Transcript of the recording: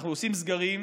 אנחנו עושים סגרים,